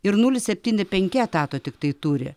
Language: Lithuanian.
ir nulis septyni penki etato tiktai turi